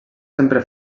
sempre